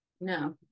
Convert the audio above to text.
no